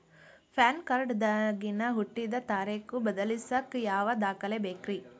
PAN card ದಾಗಿನ ಹುಟ್ಟಿದ ತಾರೇಖು ಬದಲಿಸಾಕ್ ಯಾವ ದಾಖಲೆ ಬೇಕ್ರಿ?